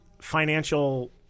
financial